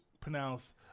pronounced